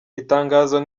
itangazo